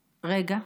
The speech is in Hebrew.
רגע.